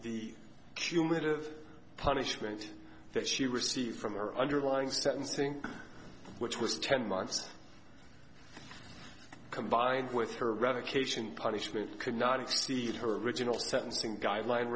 the cumulative punishment that she received from her underlying sentencing which was ten months combined with her revocation punishment could not exceed her original sentencing guideline